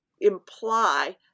imply